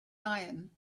iron